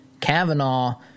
Kavanaugh